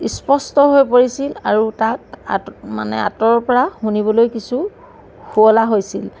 স্পষ্ট হৈ পৰিছিল আৰু তাক মানে আঁতৰৰ পৰা শুনিবলৈ কিছু শুৱলা হৈছিল